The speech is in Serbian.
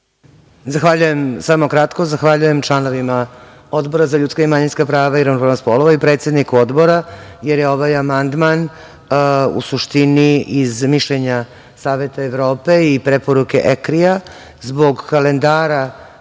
Zahvaljujem članovima Odbora za ljudska i manjinska prava i ravnopravnost polova i predsedniku Odbora, jer je ovaj amandman u suštini iz mišljenja Saveta Evrope i preporuke Ekrija zbog kalendara